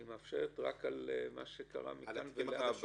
היא מאפשרת רק על מה שקרה מכאן ולהבא.